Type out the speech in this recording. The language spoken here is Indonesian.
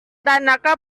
tanaka